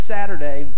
Saturday